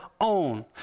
own